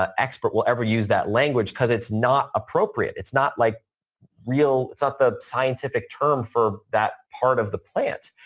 ah expert will ever use that language because it's not appropriate. it's not like real, it's not the scientific term for that part of the plant.